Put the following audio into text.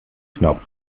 knopf